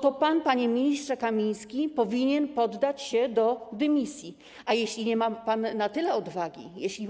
To pan, panie ministrze Kamiński, powinien podać się do dymisji, a jeśli nie ma pan na tyle odwagi, jeśli